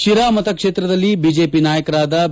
ಶಿರಾ ಮತ ಕ್ಷೇತ್ರದಲ್ಲಿ ಬಿಜೆಪಿ ನಾಯಕರಾದ ಬಿ